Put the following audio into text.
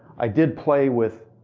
i did play with